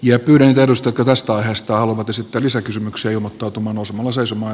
ja köydenvedosta tästä aiheesta luvat esittää lisäkysymyksiä tämän asian kanssa